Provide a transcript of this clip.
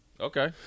Okay